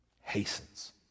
Hastens